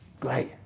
great